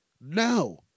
No